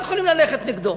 שם הוא התמודד.